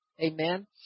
amen